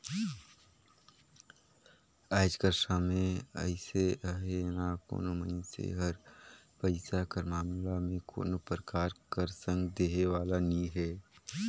आएज कर समे अइसे अहे ना कोनो मइनसे हर पइसा कर मामला में कोनो परकार कर संग देहे वाला नी हे